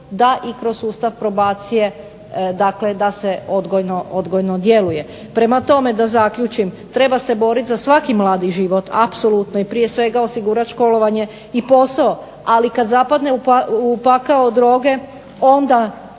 da i kroz sustav probacije dakle da se odgojno djeluje. Prema tome da zaključim, treba se boriti za svaki mladi život, apsolutno. I prije svega osigurati školovanje i posao, ali kad zapadne u pakao droge onda